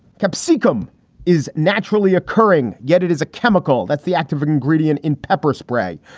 capsicum is naturally occurring. yet it is a chemical that's the active ingredient in pepper spray.